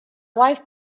wife